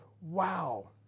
Wow